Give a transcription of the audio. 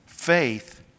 faith